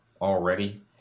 already